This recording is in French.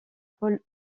pôle